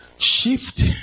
Shift